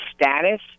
status